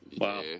Wow